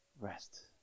rest